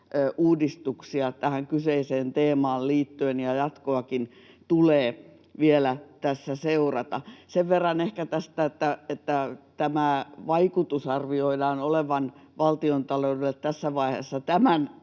uudistuksia tähän kyseiseen teemaan liittyen, ja jatkoakin tulee tässä vielä seurata. Sen verran ehkä tästä, että tämän paketin vaikutuksen arvioidaan olevan valtiontaloudelle tässä vaiheessa noin